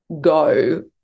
go